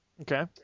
okay